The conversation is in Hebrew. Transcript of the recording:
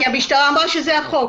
כי המשטרה אמרה שזה החוק.